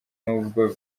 n’ubwo